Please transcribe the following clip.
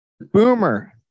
Boomer